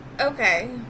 Okay